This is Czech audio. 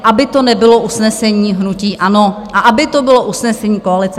Aby to nebylo usnesení hnutí ANO a aby to bylo usnesení koalice.